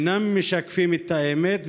אינם משקפים את האמת,